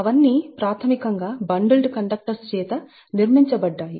అవన్నీ ప్రాథమికంగా bundled conductors చేత నిర్మించబడ్డాయి